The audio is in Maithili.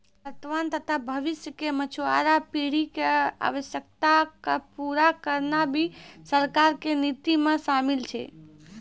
वर्तमान तथा भविष्य के मछुआरा पीढ़ी के आवश्यकता क पूरा करना भी सरकार के नीति मॅ शामिल छै